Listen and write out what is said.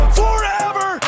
forever